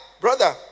brother